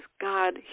God